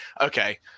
Okay